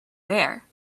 bear